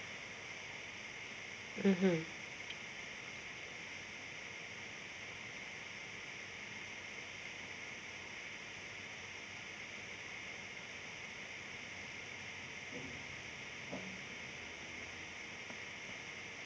mmhmm